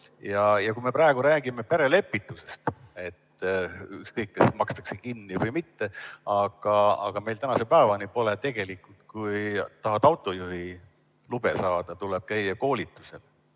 Kui me praegu räägime perelepitusest – ükskõik, kas makstakse kinni või mitte –, siis meil tänase päevani tegelikult, kui tahad autojuhiluba saada, tuleb käia koolitusel,